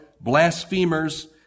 blasphemers